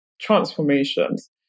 transformations